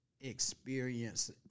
experience